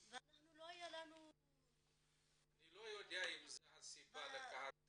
ולא היה לנו --- אני לא יודע אם זו הסיבה לקחת